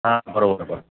हां बरोबर